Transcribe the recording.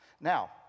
Now